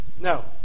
no